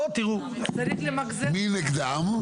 מי נגדן?